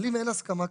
אבל אם אין הסכמה כזו,